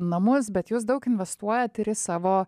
namus bet jūs daug investuojat ir į savo